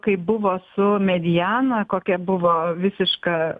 kaip buvo su mediana kokia buvo visiška